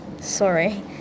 Sorry